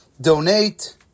donate